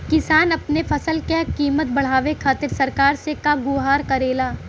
किसान अपने फसल क कीमत बढ़ावे खातिर सरकार से का गुहार करेला?